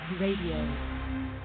radio